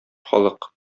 халык